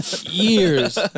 years